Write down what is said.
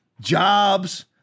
Jobs